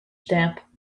stamp